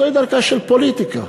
זוהי דרכה של פוליטיקה.